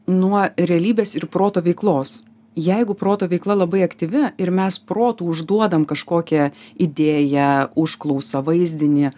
nuo realybės ir proto veiklos jeigu proto veikla labai aktyvi ir mes protu užduodam kažkokią idėją užklausą vaizdinį